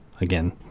Again